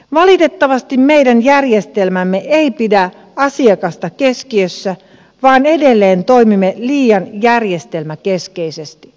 valitettavasti meidän järjestelmämme ei pidä asiakasta keskiössä vaan edelleen toimimme liian järjestelmäkeskeisesti